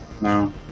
No